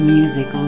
music